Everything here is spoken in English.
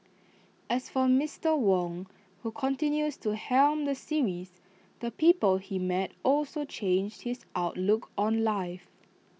as for Mister Wong who continues to helm the series the people he met also changed his outlook on life